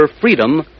freedom